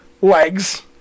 legs